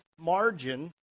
margin